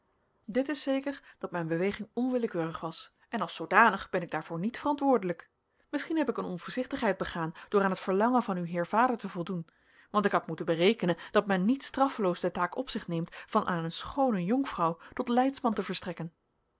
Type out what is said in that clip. dit is zeker dat mijn beweging onwillekeurig was en als zoodanig ben ik daarvoor niet verantwoordelijk misschien heb ik eene onvoorzichtigheid gedaan door aan het verlangen van uw heer vader te voldoen want ik had moeten berekenen dat men niet straffeloos de taak op zich neemt van aan een schoone jonkvrouw tot leidsman te verstrekken